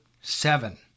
seven